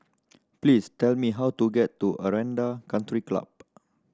please tell me how to get to Aranda Country Club